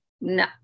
no